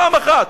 פעם אחת?